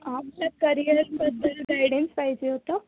आमच्या करिअरबद्दल गायडन्स पाहिजे होतं